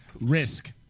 Risk